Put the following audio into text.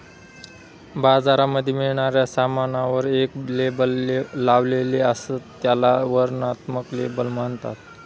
बाजारामध्ये मिळणाऱ्या सामानावर एक लेबल लावलेले असत, त्याला वर्णनात्मक लेबल म्हणतात